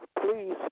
please